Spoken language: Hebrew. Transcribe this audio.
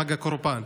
חג הקורבן.